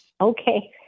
Okay